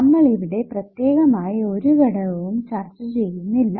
നമ്മൾ ഇവിടെ പ്രത്യേകമായി ഒരു ഘടകവും ചർച്ച ചെയ്യുന്നില്ല